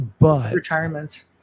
retirements